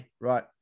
right